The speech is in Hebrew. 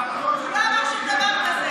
הוא לא אמר שום דבר כזה.